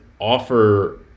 offer